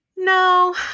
No